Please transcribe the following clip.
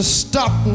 stop